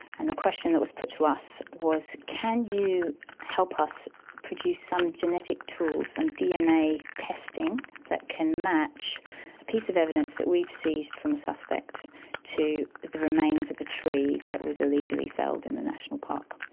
and the question that was put to us was can you help us produce some genetic tools, some dna testing that can match a piece of evidence that we've seized from a suspect to the remains of a tree that was illegally felled in the national park.